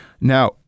now